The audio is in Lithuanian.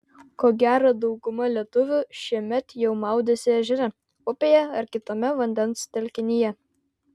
ko gero dauguma lietuvių šiemet jau maudėsi ežere upėje ar kitame vandens telkinyje